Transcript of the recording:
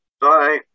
Bye